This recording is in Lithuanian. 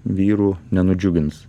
vyrų nenudžiugins